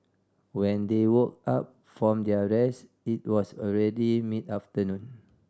when they woke up from their rest it was already mid afternoon